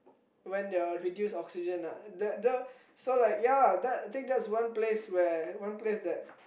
when your reduced oxygen ah the the so like ya that I think that's one place where one place that